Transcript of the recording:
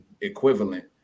equivalent